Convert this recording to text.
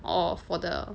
or for the